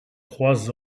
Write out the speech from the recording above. trois